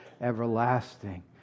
everlasting